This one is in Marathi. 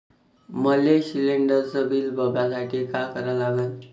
मले शिलिंडरचं बिल बघसाठी का करा लागन?